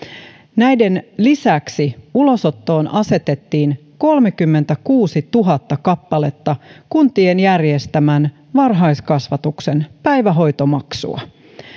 näiden lisäksi ulosottoon asetettiin kolmekymmentäkuusituhatta kappaletta kuntien järjestämän varhaiskasvatuksen päivähoitomaksuja